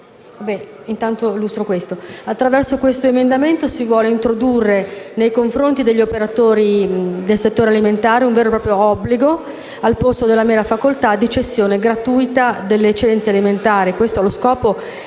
attraverso l'emendamento 3.203 si vuole introdurre, nei confronti degli operatori del settore alimentare, un vero e proprio obbligo, al posto della mera facoltà di cessione gratuita delle eccedenze alimentari. Questo allo scopo